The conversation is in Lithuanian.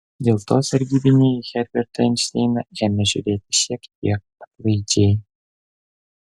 dėl to sargybiniai į herbertą einšteiną ėmė žiūrėti šiek tiek atlaidžiai